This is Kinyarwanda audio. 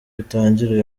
utangire